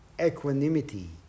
equanimity